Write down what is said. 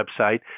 website